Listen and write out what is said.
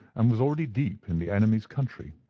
and was already deep in the enemy's country.